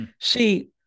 See